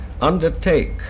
undertake